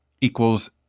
equals